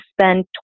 spend